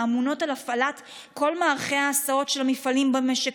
האמונות על הפעלת כל מערכת ההסעות של המפעלים במשק,